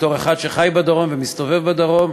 בתור אחד שחי בדרום ומסתובב בדרום,